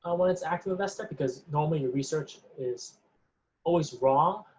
um when it's active investing because normally your research is always wrong